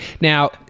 Now